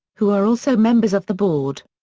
who are also members of the board.